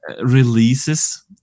releases